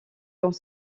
dans